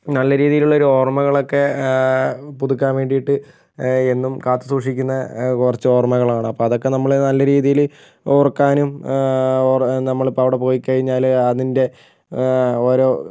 നല്ല രീതീലുള്ളൊരു ഓർമ്മകളൊക്കെ പുതുക്കാൻ വേണ്ടിയിട്ട് എന്നും കാത്ത് സൂക്ഷിക്കുന്ന കുറച്ച് ഓർമ്മകളാണ് അപ്പോൾ അതൊക്കെ നമ്മൾ നല്ല രീതിയിൽ ഓർക്കാനും ഒ നമ്മളിപ്പോൾ അവിടെ പോയിക്കഴിഞ്ഞാൽ അതിൻ്റെ ഓരോ